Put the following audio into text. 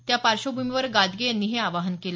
त्या पार्श्वभूमीवर गादगे यांनी हे आवाहन केलं